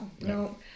No